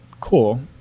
cool